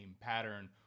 pattern